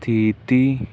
ਸਥਿਤੀ